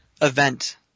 event